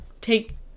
Take